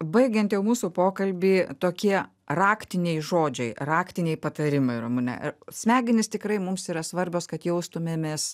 baigiant jau mūsų pokalbį tokie raktiniai žodžiai raktiniai patarimai ramune smegenys tikrai mums yra svarbios kad jaustumėmės